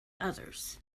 others